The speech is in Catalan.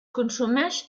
consumeix